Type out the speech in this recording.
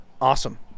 awesome